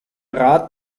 rat